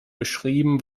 beschrieben